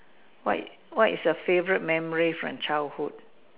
what what is your favourite memory from childhood